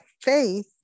faith